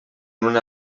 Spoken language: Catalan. una